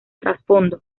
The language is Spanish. trasfondo